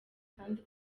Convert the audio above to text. kandi